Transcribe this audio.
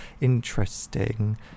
interesting